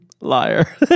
Liar